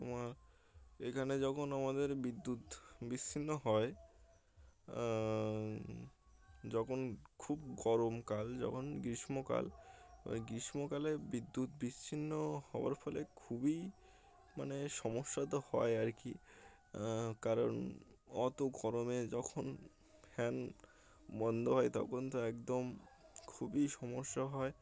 তোমার এখানে যখন আমাদের বিদ্যুৎ বিচ্ছিন্ন হয় যখন খুব গরমকাল যখন গ্রীষ্মকাল ওই গ্রীষ্মকালে বিদ্যুৎ বিচ্ছিন্ন হওয়ার ফলে খুবই মানে সমস্যা তো হয় আর কি কারণ অত গরমে যখন ফ্যান বন্ধ হয় তখন তো একদম খুবই সমস্যা হয়